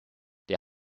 der